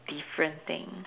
different thing